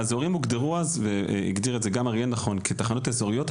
האזורים הוגדרו אז והגדיר את זה גם אריאל נכון כתחנות אזוריות,